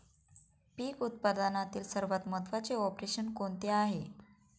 पीक उत्पादनातील सर्वात महत्त्वाचे ऑपरेशन कोणते आहे?